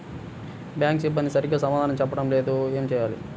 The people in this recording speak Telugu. బ్యాంక్ సిబ్బంది సరిగ్గా సమాధానం చెప్పటం లేదు ఏం చెయ్యాలి?